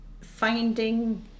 finding